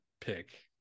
pick